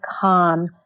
calm